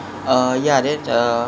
uh yeah then uh